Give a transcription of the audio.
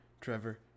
Trevor